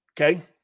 Okay